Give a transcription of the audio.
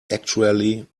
actually